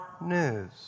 news